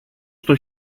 στο